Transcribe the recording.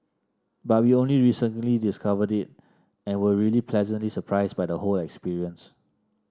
but we only recently discovered it and were really pleasantly surprised by the whole experience